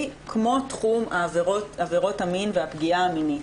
כמו תחום עבירות המין והפגיעה המינית.